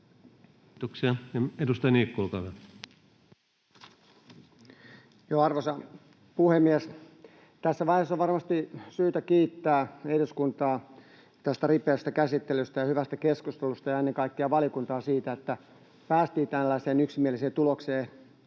lentokentän alueelle Time: 16:44 Content: Arvoisa puhemies! Tässä vaiheessa on varmasti syytä kiittää eduskuntaa tästä ripeästä käsittelystä ja hyvästä keskustelusta ja ennen kaikkea valiokuntaa siitä, että päästiin tällaiseen yksimieliseen tulokseen,